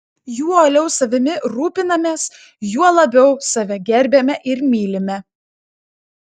juo uoliau savimi rūpinamės juo labiau save gerbiame ir mylime